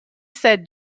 said